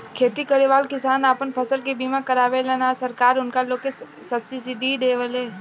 खेती करेवाला किसान आपन फसल के बीमा करावेलन आ सरकार उनका लोग के सब्सिडी देले